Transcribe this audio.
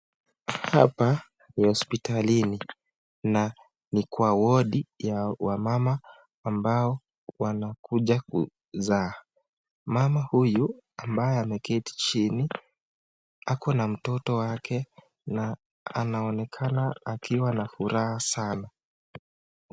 Hapa ni hospitalini na ni kwa wardi ya wamama wanakuja kuzaa, mama huyu ameketi chini ako na mtoto wake na anaonekana akiwa na furaha sana.